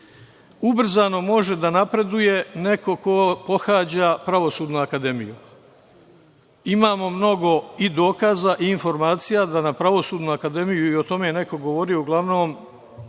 može da napreduje neko ko pohađa Pravosudnu akademiju. Imamo mnogo i dokaza i informacija da na Pravosudnu akademiju, i o tome je neko govorio, uglavnom